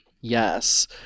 Yes